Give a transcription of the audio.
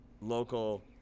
local